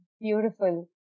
Beautiful